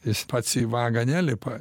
jis pats į vagą nelipa